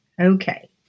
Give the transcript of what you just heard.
okay